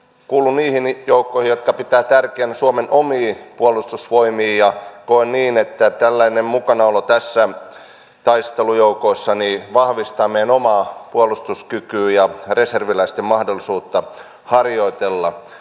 kuulun niihin joukkoihin jotka pitävät tärkeänä suomen omia puolustusvoimia ja koen niin että tällainen mukanaolo taistelujoukoissa vahvistaa meidän omaa puolustuskykyämme ja reserviläisten mahdollisuutta harjoitella